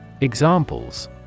Examples